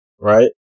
right